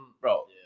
Bro